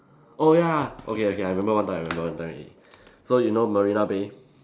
oh ya okay okay I remember one time I remember one time already so you know Marina Bay